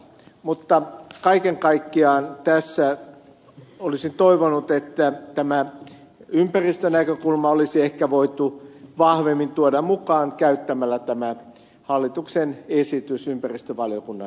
mutta kaiken kaikkiaan olisin toivonut että ympäristönäkökulma tässä olisi ehkä voitu vahvemmin tuoda mukaan käyttämällä tämä hallituksen esitys ympäristövaliokunnan kautta